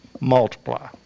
multiply